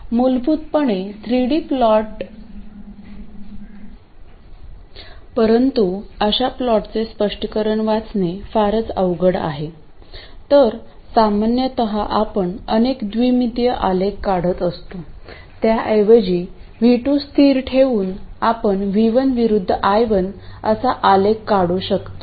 मूलभूतपणे 3 D plot परंतु अशा प्लॉटचे स्पष्टीकरण वाचणे फारच अवघड आहे तर सामान्यत आपण अनेक द्विमितीय आलेख काढत असतो त्याऐवजी V2 स्थिर ठेवून आपण V1 विरुद्ध I1 असा आलेख काढू शकतो